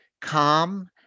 calm